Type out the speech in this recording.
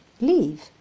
leave